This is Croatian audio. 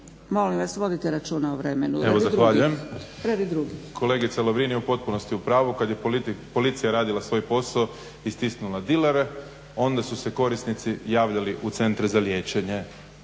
**Grbin, Peđa (SDP)** Evo zahvaljujem. Kolegica Lovrin je u potpunosti u pravu. Kad je policija radila svoj posao, istisnula dilere onda su se korisnici javljali u centre za liječenje.